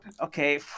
Okay